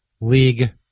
league